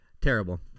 Terrible